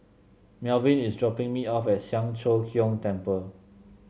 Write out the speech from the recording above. Melvyn is dropping me off at Siang Cho Keong Temple